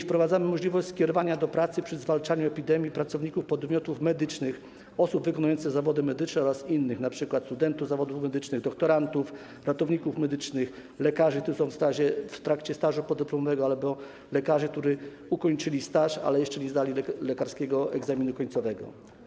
Wprowadzamy możliwość skierowania do pracy przy zwalczaniu epidemii pracowników podmiotów medycznych, osób wykonujących zawody medyczne oraz innych, np. studentów zawodów medycznych, doktorantów, ratowników medycznych, lekarzy, którzy są w trakcie stażu podyplomowego, albo lekarzy, którzy ukończyli staż, ale jeszcze nie zdali lekarskiego egzaminu końcowego.